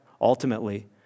ultimately